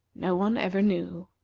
no one ever knew.